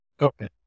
Okay